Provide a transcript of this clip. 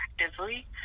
actively